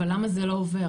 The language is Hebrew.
אבל למה זה לא עובר?